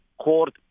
court